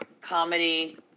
comedy